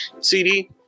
CD